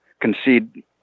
concede